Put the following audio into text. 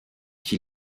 qui